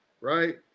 right